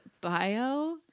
bio